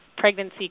Pregnancy